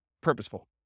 purposeful